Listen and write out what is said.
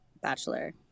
Bachelor